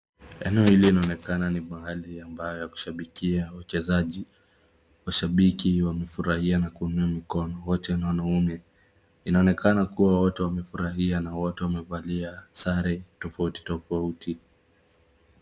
Eneo hili inaonekana ni mahali ambayo ya kushabiki wachezaji. Washabiki wamefurahia na kuinua mikono, wote n wanume. Inaonekana kuwa wote wamefurahia na wote wamevalia sare tofauti tofauti.